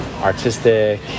artistic